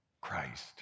Christ